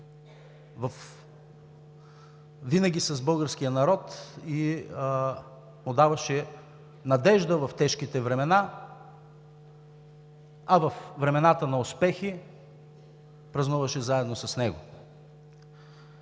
винаги с българския народ и даваше надежда в тежките времена, а във времената на успехи празнуваше заедно с него.